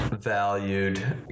valued